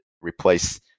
replace